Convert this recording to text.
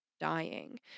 dying